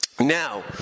Now